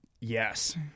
Yes